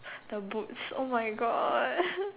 the boots oh my God